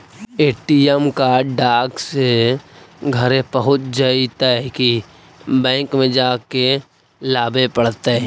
ATM card डाक से घरे पहुँच जईतै कि बैंक में जाके लाबे पड़तै?